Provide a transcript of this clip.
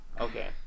okay